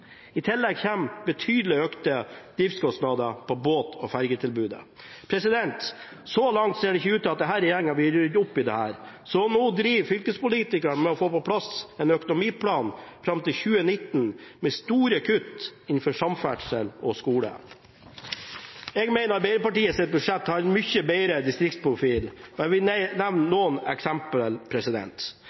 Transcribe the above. I tillegg kommer betydelig økte driftskostnader for båt- og fergetilbudet. Så langt ser det ikke ut til at denne regjeringen kommer til å rydde opp i dette, så nå driver fylkespolitikerne og får på plass en økonomiplan fram til 2019 med store kutt innenfor samferdsel og skole. Jeg mener Arbeiderpartiets budsjett har en mye bedre distriktsprofil. Jeg vil nevne noen